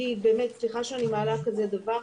סליחה שאני מעלה דבר כזה,